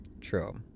True